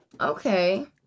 Okay